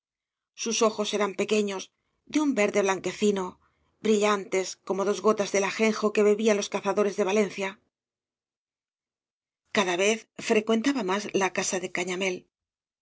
sus ojos eran pequeños de un verde blanquecino brillantes como dos gotas del ajenjo que bebían los cazadores de valencia cada vez frecuentaba más la casa de cañamél